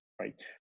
right